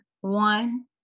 one